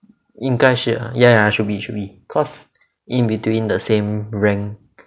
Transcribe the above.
应该是 ah ya ya should be should be cause in between the same rank